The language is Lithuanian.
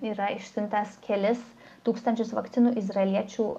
yra išsiuntęs kelis tūkstančius vakcinų izraeliečių